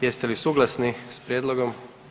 Jeste li suglasni s prijedlogom?